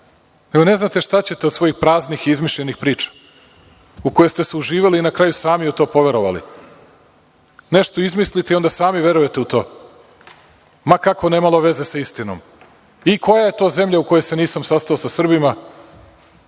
Ne znate šta ćete od svojih praznih i izmišljenih priča u koje ste se uživali i na kraju sami u to poverovali. Nešto izmislite i sami verujte u to, ma kako nemalo veze sa istinom. Koja je to zemlja u kojoj se nisam sastao sa Srbima?